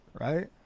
right